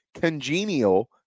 Congenial